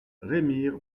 remire